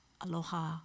aloha